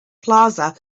plaza